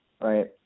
Right